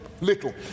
little